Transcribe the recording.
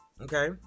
Okay